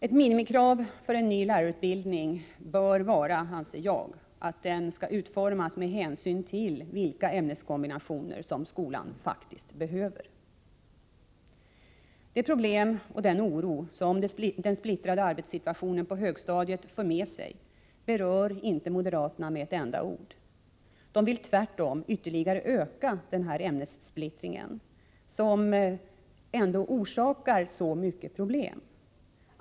Ett minimikrav för en ny lärarutbildning bör vara, anser jag, att den skall utformas med hänsyn till vilka ämneskombinationer som skolan faktiskt behöver. De problem och den oro som den splittrade arbetssituationen på högstadiet för med sig beör inte moderaterna med ett ord. De vill tvärtom ytterligare öka ämnessplittringen, som orsakar så mycket av dagens problem.